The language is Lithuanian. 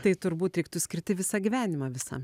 tai turbūt reiktų skirti visą gyvenimą visą